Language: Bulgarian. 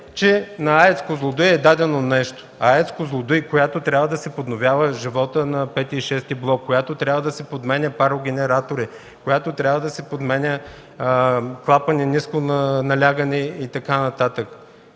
че на АЕЦ „Козлодуй” е дадено нещо? АЕЦ „Козлодуй” трябва да си подновява живота на V и VІ блок, която трябва да си подменя парогенератори, която трябва да си подменя клапани – ниско налягане, и така нататък.